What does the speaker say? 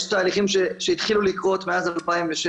יש תהליכים שהתחילו לקרות מאז 2007,